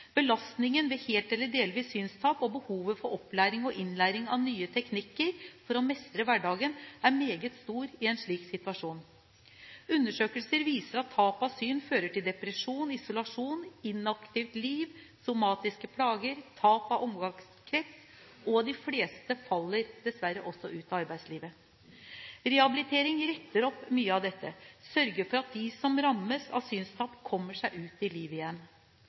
Belastningen ved helt eller delvis synstap og behovet for opplæring og innlæring av nye teknikker for å mestre hverdagen er meget stor i en slik situasjon. Undersøkelser viser at tapet av syn fører til depresjon, isolasjon, inaktivt liv, somatiske plager, tap av omgangskrets, og de fleste faller dessverre også ut av arbeidslivet. Rehabilitering retter opp mye av dette og sørger for at de som rammes av synstap, kommer seg ut i livet igjen.